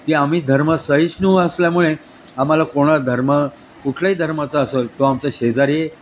की आम्ही धर्म सहिष्णू असल्यामुळे आम्हाला कोणा धर्म कुठल्याही धर्माचा असंल तो आमच शेजारी